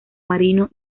marino